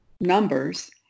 numbers